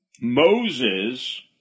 Moses